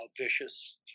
vicious